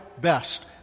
best